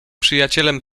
przyjacielem